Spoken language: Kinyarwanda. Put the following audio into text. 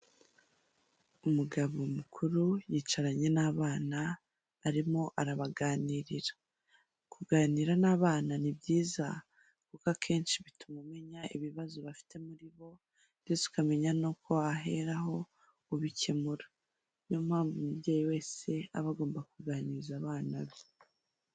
Umugabo mukuru yicaranye n'abana arimo arabaganirira, kuganira n'abana ni byiza kuko akenshi bituma umenya ibibazo bafite muri bo ndetse ukamenya n'uko waheraho ubikemura, niyo mpamvu umubyeyi wese aba agomba kuganiriza abana be.